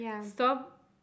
stop